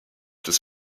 des